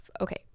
okay